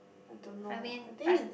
I don't know I think is